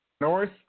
North